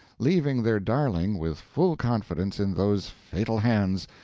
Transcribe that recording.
leaving their darling with full confidence in those fatal hands,